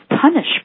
punish